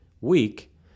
week